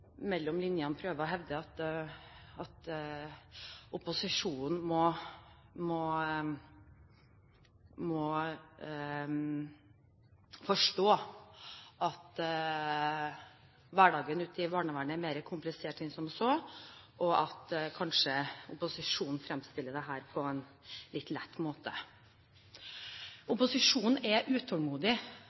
mellom linjene prøvde å hevde at opposisjonen må forstå at hverdagen ute i barnevernet er mer komplisert enn som så, og at opposisjonen kanskje fremstiller dette på en litt lett måte. Opposisjonen er utålmodig